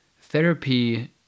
therapy